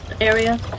area